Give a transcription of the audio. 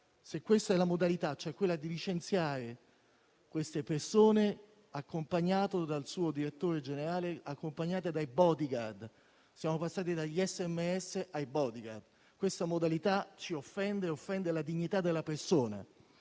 è questa la modalità, ovvero quella di licenziare le persone con il direttore generale accompagnato dai *bodyguard*. Siamo passati dagli sms ai *bodyguard*. Questa modalità ci offende e offende la dignità della persona.